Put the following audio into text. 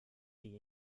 die